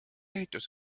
ehitus